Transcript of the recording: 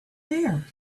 there